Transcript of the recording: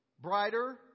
brighter